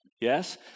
Yes